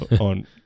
on